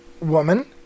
woman